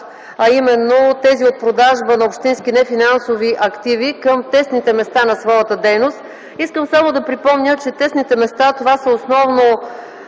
а именно тези от продажба на общински нефинансови активи към тесните места на своята дейност. Искам само да припомня, че тесните места, това са основно